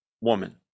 woman